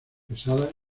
pesadas